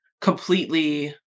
completely